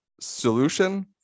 solution